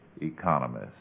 economists